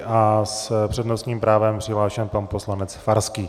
A s přednostním právem je přihlášen pan poslanec Farský.